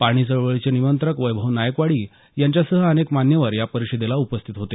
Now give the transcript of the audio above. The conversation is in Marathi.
पाणी चळवळीचे निमंत्रक वैभव नायकवडी यांच्यासह अनेक मान्यवर या परिषदेला उपस्थित होते